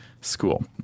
school